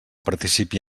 participi